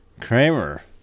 Kramer